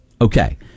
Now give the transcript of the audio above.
Okay